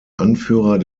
anführer